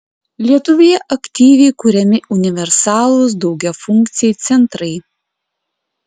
lietuvoje aktyviai kuriami universalūs daugiafunkciai centrai